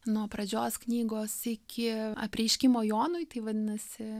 nuo pradžios knygos iki apreiškimo jonui tai vadinasi